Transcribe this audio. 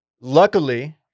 luckily